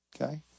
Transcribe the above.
okay